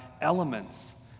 elements